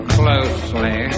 closely